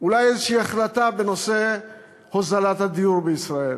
אולי איזושהי החלטה בנושא הוזלת הדיור בישראל,